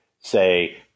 say